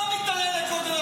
אתה מתעלה לגודל השעה.